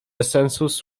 census